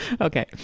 Okay